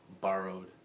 borrowed